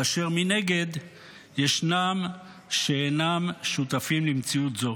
כאשר מנגד ישנם שאינם שותפים למציאות זו.